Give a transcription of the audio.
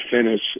finish